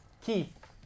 Keith